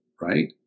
right